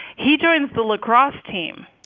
he joins the lacrosse team